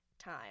time